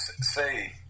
say